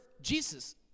Jesus